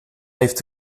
heeft